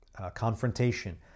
confrontation